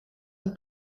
een